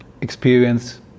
experience